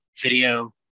video